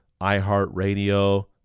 iHeartRadio